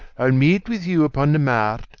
i'll meet with you upon the mart,